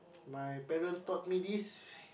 my parent taught me this